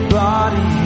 body